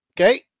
okay